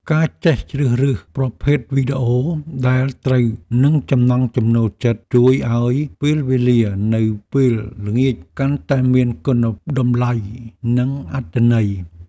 ការចេះជ្រើសរើសប្រភេទវីដេអូដែលត្រូវនឹងចំណង់ចំណូលចិត្តជួយឱ្យពេលវេលានៅពេលល្ងាចកាន់តែមានគុណតម្លៃនិងអត្ថន័យ។